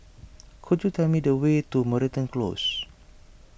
could you tell me the way to Moreton Close